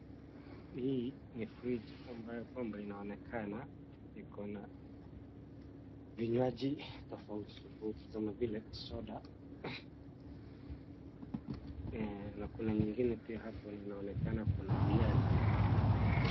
Hii ni fridge ambayo kwamba inaonekana ikona vinywaji tofauti tofauti kama vile soda na kuna nyingine pia hapo inaonekana kuna viazi.